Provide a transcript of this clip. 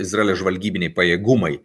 izraelio žvalgybiniai pajėgumai